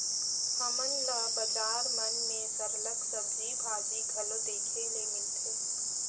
हमन ल बजार मन में सरलग सब्जी भाजी घलो देखे ले मिलथे